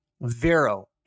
Vero